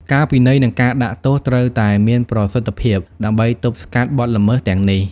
ការពិន័យ និងការដាក់ទោសត្រូវតែមានប្រសិទ្ធភាព ដើម្បីទប់ស្កាត់បទល្មើសទាំងនេះ។